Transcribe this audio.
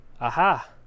Aha